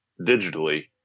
digitally